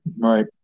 right